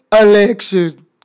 election